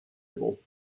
label